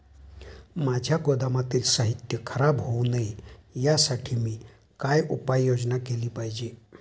माझ्या गोदामातील साहित्य खराब होऊ नये यासाठी मी काय उपाय योजना केली पाहिजे?